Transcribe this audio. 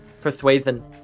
Persuasion